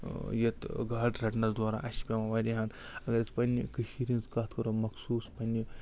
یَتھ گاڈٕ رَٹنَس دوران اَسہِ چھِ پٮ۪وان واریاہَن اگر أسۍ پَنٛنہِ کٔشیٖرِ ہِنٛز کَتھ کَرو مخصوٗص پَنٛنہِ